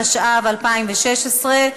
התשע"ו 2016,